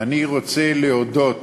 אני רוצה להודות